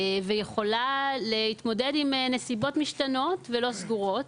ויכולה להתמודד עם נסיבות משתנות, ולא סגורות,